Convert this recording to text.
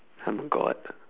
I'm a god